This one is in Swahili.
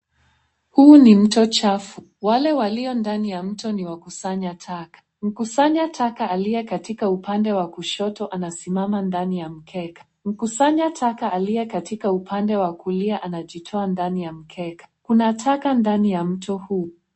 Huu ni mto chafu, wale walio ndani ya mto ni wa kusanya taka. Mkusanya taka aliye katika upande wa kushoto anasimama ndani ya mkeka, mkusanya taka aliye katika upande wa kulia anajitoa ndani ya mkeka. Kuna taka ndani ya mto huu.